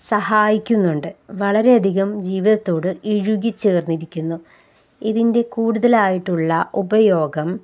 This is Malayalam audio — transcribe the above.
സഹായിക്കുന്നുണ്ട് വളരെയധികം ജീവിതത്തോട് ഇഴുകിച്ചേർന്നിരിക്കുന്നു ഇതിൻ്റെ കൂടുതലായിട്ടുള്ള ഉപയോഗം